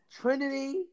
Trinity